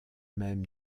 même